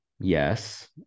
yes